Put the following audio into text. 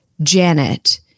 Janet